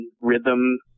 rhythm